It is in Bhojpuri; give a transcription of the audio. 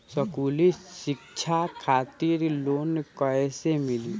स्कूली शिक्षा खातिर लोन कैसे मिली?